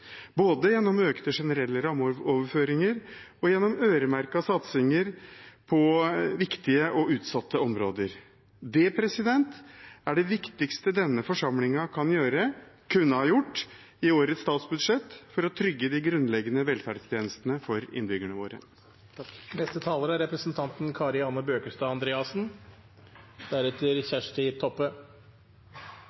både gjennom økte generelle rammeoverføringer og gjennom øremerkede satsinger på viktige og utsatte områder. Det er det viktigste denne forsamlingen kan gjøre – kunne ha gjort – i årets statsbudsjett for å trygge de grunnleggende velferdstjenestene for innbyggerne våre.